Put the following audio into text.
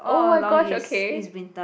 oh my gosh okay